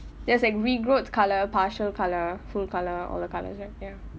there's like regrowth colour partial colour full colour all the colours right ya